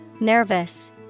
Nervous